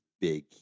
big